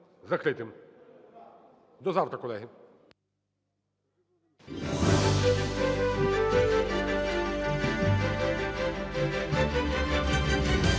закритим. До завтра, колеги.